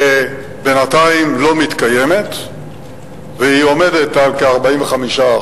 בינתיים לא מתקיימת והוא עומד על כ-45%,